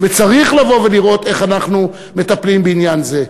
וצריך לבוא ולראות איך אנחנו מטפלים בעניין זה.